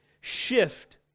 shift